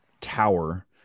tower